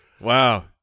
Wow